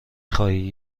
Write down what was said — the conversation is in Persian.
خواهی